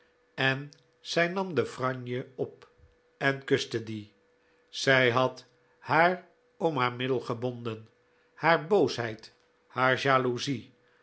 en zij nam de franje op en kuste die zij had haar om haar middel gebonden haar boosheid haar jaloezie